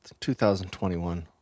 2021